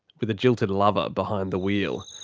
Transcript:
with a jilted lover behind the wheel.